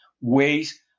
ways